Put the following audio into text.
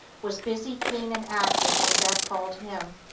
was busy, keen and active when death called him,